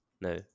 No